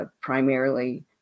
primarily